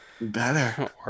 better